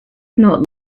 not